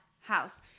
house